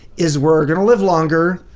is we're gonna live longer,